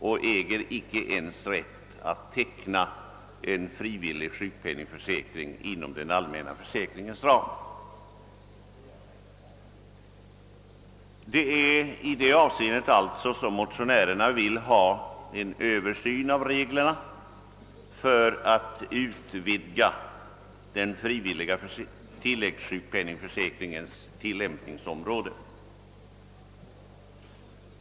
De äger i fortsättningen icke rätt att teckna en frivillig sjukpenningförsäkring inom den allmänna sjukpenningförsäkringens ram. Det är alltså i detta avseende som motionärerna önskar en översyn av reglerna i syfte att utvidga den frivilliga sjukpenningförsäkringens tillämpningsområde.